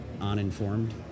uninformed